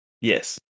Yes